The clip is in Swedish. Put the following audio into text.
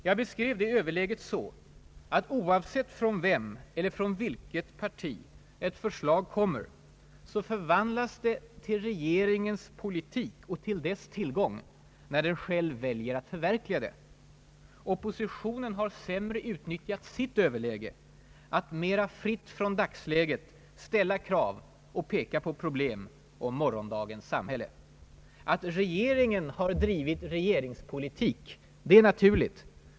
Jag beskrev det överläget så, att oavsett från vem eller från vilket parti ett förslag kommer så förvandlas det till regeringens politik och till dess tillgång när den själv väljer att förverkliga det. Oppositionen har sämre utnyttjat silt överläge: att mera fritt från dagsläget ställa krav och peka på problem = beträffande morgondagens samhälle. Att regeringen drivit regeringspolitik är naturligt.